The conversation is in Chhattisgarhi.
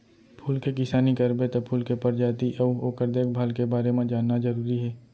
फूल के किसानी करबे त फूल के परजाति अउ ओकर देखभाल के बारे म जानना जरूरी हे